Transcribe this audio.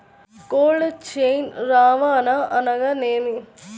Cold chain రవాణా అనగా నేమి?